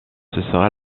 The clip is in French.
sera